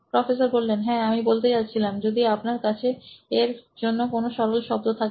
professor হ্যাঁ আমি বলতে যাচ্ছিলাম যদি আপনার কাছে এর জন্য কোনো সরল শব্দ থাকে